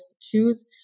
choose